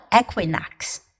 equinox